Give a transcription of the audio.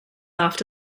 laughed